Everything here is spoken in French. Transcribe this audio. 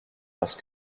parce